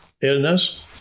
illness